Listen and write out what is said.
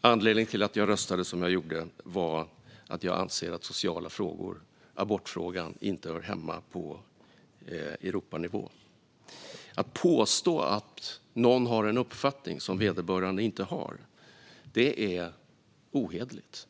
Anledningen till att jag röstade som jag gjorde var att jag anser att sociala frågor som abortfrågan inte hör hemma på Europanivå. Att påstå att någon har en uppfattning som vederbörande inte har är ohederligt.